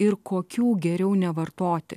ir kokių geriau nevartoti